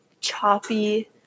choppy